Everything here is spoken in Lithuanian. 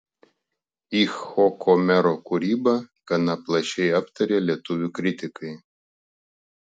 icchoko mero kūrybą gana plačiai aptarė lietuvių kritikai